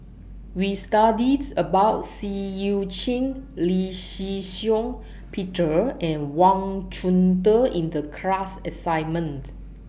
We studied about Seah EU Chin Lee Shih Shiong Peter and Wang Chunde in The class assignment